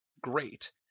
great